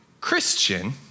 Christian